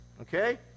Okay